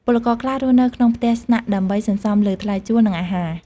ពលករខ្លះរស់នៅក្នុងផ្ទះស្នាក់ដើម្បីសន្សំលើថ្លៃជួល និងអាហារ។